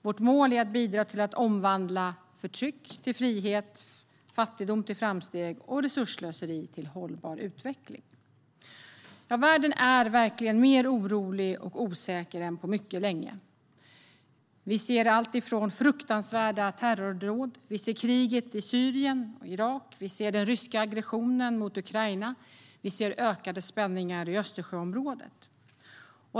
Målet är att bidra till att omvandla förtryck till frihet, fattigdom till framsteg och resursslöseri till hållbar utveckling. Världen är verkligen mer orolig och osäker än på mycket länge. Vi ser alltifrån fruktansvärda terrordåd. Vi ser kriget i Syrien och Irak. Vi ser den ryska aggressionen mot Ukraina, och vi ser ökade spänningar i Östersjöområdet.